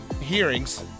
hearings